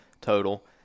total